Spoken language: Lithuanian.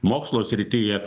mokslo srityje